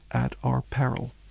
at our peril.